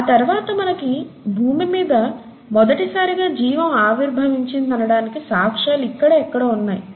ఆతర్వాత మనకి భూమి మీద మొదటిసారిగా జీవం ఆవిర్భవించింది అనడానికి సాక్ష్యాలు ఇక్కడే ఎక్కడో ఉన్నాయి